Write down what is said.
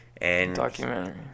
Documentary